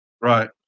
Right